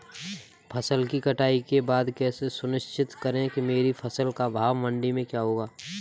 फसल की कटाई के बाद कैसे सुनिश्चित करें कि मेरी फसल का भाव मंडी में क्या होगा?